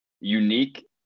unique